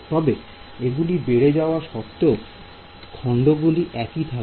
তবে এগুলি বেড়ে যাওয়া সত্বেও খণ্ডগুলি একই থাকবে